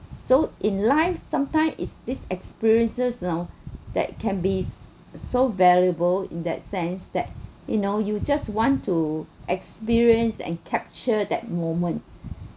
so in life sometimes is this experiences you know that can be so valuable in that sense that you know you just want to experience and capture that moment